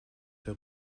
der